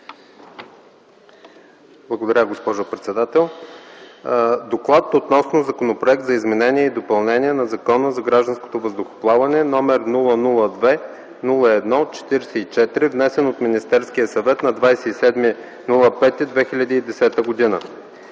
Благодаря, госпожо председател. „ДОКЛАД относно Законопроект за изменение и допълнение на Закона за гражданското въздухоплаване № 002-01-44, внесен от Министерския съвет на 27 май 2010 г.